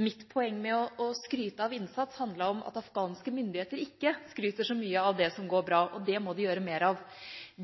mitt poeng med å skryte av innsats handlet om at afghanske myndigheter ikke skryter så mye av det som går bra. Og det må de gjøre mer av.